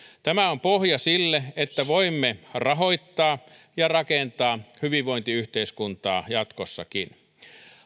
tämä on pohja sille että voimme rahoittaa ja rakentaa hyvinvointiyhteiskuntaa jatkossakin